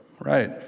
Right